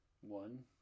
One